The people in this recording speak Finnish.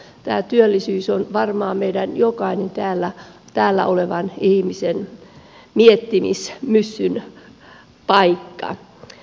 tämä työllisyys on varmaan meidän jokaisen täällä olevan ihmisen miettimismyssyn paikka